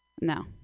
No